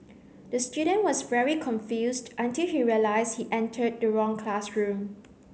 the student was very confused until he realised he entered the wrong classroom